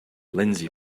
lindsey